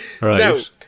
Right